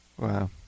wow